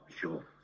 sure